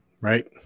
Right